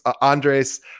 Andres